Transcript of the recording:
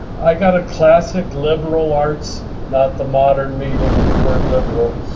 i got a classic liberal arts, not the modern meaning of the word liberal,